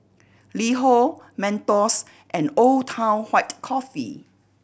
LiHo Mentos and Old Town White Coffee